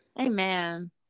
Amen